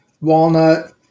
walnut